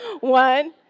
One